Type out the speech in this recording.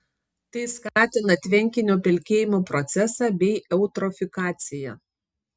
tai skatina tvenkinio pelkėjimo procesą bei eutrofikaciją